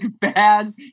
bad